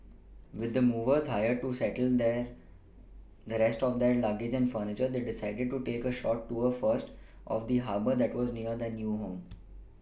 with the movers hired to settle the the rest of their luggage and furniture they decided to take a short tour first of the Harbour that was near their new home